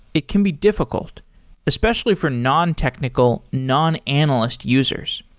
it can be difficult especially for nontechnical, non-analyst users.